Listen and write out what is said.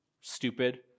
stupid